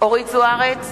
אורית זוארץ,